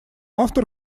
автор